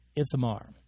Ithamar